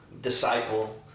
Disciple